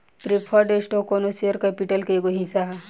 preferred stock कौनो share capital के एगो हिस्सा ह